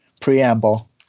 preamble